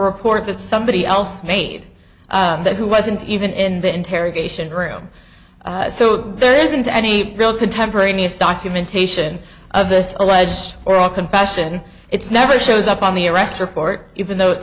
report that somebody else made that he wasn't even in the interrogation room so there isn't any real contemporaneous documentation of this alleged or a confession it's never shows up on the arrest report even though it